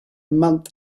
month